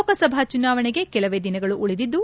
ಲೋಕಸಭಾ ಚುನಾವಣೆಗೆ ಕೆಲವೇ ದಿನಗಳು ಉಳಿದಿದ್ದು